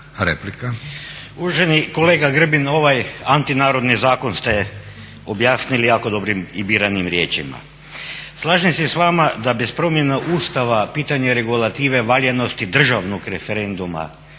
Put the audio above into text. Uvaženi kolega Grbin, ovaj antinarodni zakon ste objasnili jako dobrim i biranim riječima. Slažem se s vama da bez promjena Ustava pitanje regulative valjanosti državnog referenduma